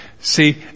See